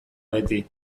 beti